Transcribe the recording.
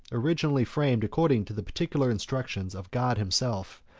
originally framed according to the particular instructions of god himself,